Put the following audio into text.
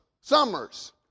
summers